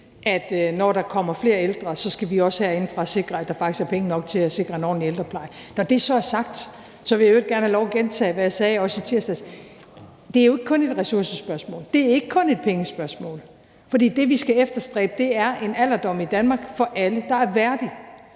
vi, når der kommer flere ældre, også herindefra skal sikre, at der faktisk er penge nok til at sikre en ordentlig ældrepleje. Når det så er sagt, vil jeg i øvrigt gerne have lov at gentage, hvad jeg sagde også i tirsdags: Det er jo ikke kun et ressourcespørgsmål, det er ikke kun et pengespørgsmål, for det, vi skal efterstræbe, er en alderdom i Danmark for alle, der er værdig,